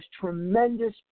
tremendous